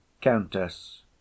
Countess